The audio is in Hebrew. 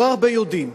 לא הרבה יודעים,